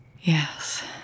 Yes